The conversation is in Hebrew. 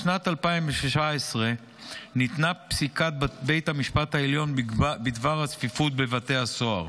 בשנת 2016 ניתנה פסיקת בית המשפט העליון בדבר הצפיפות בבתי הסוהר,